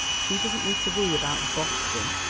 she doesn't need to worry about boston!